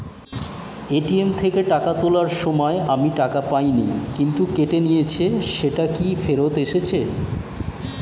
ATM থেকে টাকা তোলার সময় আমি টাকা পাইনি কিন্তু কেটে নিয়েছে সেটা কি ফেরত এসেছে?